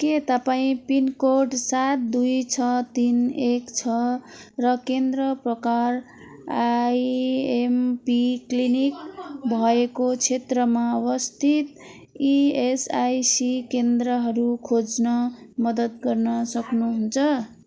के तपाईँँ पिनकोड सात दुई छ तिन एक छ र केन्द्र प्रकार आइएमपी क्लिनिक भएको क्षेत्रमा अवस्थित इएसआइसी केन्द्रहरू खोज्न मद्दत गर्न सक्नुहुन्छ